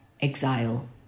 exile